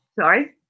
Sorry